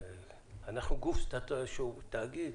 אנחנו גוף שהוא תאגיד,